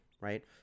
Right